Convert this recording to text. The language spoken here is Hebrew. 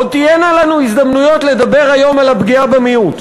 עוד תהיינה לנו היום הזדמנויות לדבר על הפגיעה במיעוט.